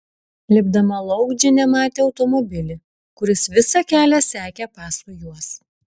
lipdama lauk džinė matė automobilį kuris visą kelią sekė paskui juos